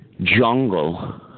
jungle